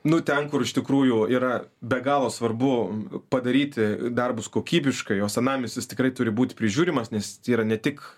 nu ten kur iš tikrųjų yra be galo svarbu padaryti darbus kokybiškai o senamiestis tikrai turi būti prižiūrimas nes tėra ne tik